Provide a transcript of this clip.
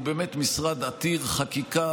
הוא באמת משרד עתיר חקיקה,